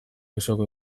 auzoko